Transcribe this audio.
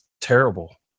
terrible